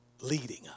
leading